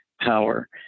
power